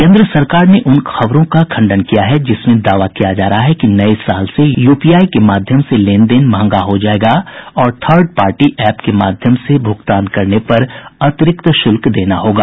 केंद्र सरकार ने उन खबरों का खंडन किया है जिसमें दावा किया जा रहा है कि नये साल से यूपीआई के माध्यम से लेनदेन महंगा हो जायेगा और थर्ड पार्टी एप के माध्यम से भुगतान करने पर अतिरिक्त शुल्क देना होगा